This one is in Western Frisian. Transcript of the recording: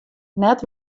net